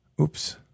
Oops